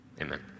Amen